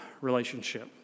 relationship